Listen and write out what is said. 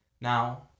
Now